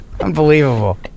unbelievable